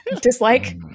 Dislike